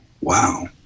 Wow